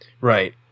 Right